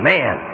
Man